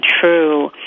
true